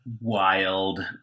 wild